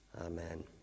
amen